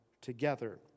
together